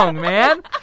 man